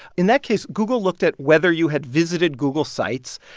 in that case, google looked at whether you had visited google sites,